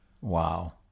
Wow